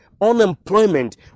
unemployment